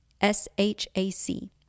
S-H-A-C